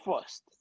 first